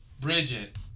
Bridget